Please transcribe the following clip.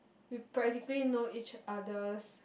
we practically know each other's